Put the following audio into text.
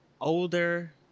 older